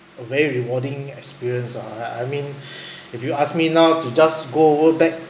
a very rewarding experience ah I I mean if you ask me now to just go over back